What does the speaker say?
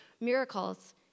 miracles